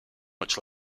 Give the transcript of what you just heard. much